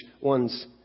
one's